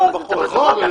בחוק.